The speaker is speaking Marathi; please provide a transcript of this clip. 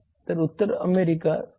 तर उत्तर अमेरिका 11